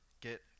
get